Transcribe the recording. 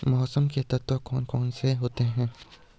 मौसम के तत्व कौन कौन से होते हैं?